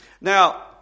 Now